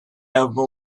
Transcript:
ever